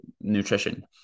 nutrition